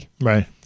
Right